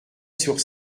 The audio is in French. sur